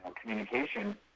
communication